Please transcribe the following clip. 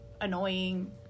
annoying